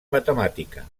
matemàtica